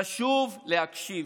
חשוב להקשיב,